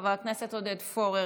חבר הכנסת עודד פורר,